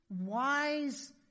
wise